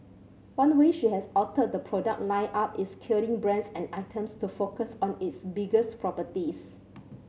one way she has altered the product lineup is killing brands and items to focus on its biggest properties